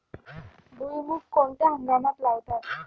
भुईमूग कोणत्या हंगामात लावतात?